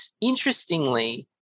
interestingly